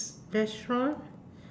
restaurant